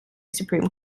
supreme